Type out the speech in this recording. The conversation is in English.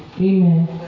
Amen